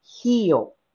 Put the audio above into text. heal